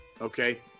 Okay